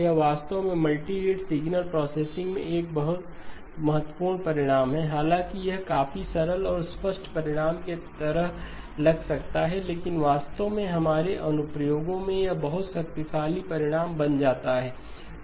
यह वास्तव में मल्टीरेट सिग्नल प्रोसेसिंग में एक बहुत महत्वपूर्ण परिणाम है हालांकि यह काफी सरल और स्पष्ट परिणाम की तरह लग सकता है लेकिन वास्तव में हमारे अनुप्रयोगों में एक बहुत शक्तिशाली परिणाम बन जाता है